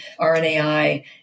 RNAi